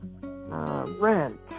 rent